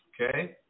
okay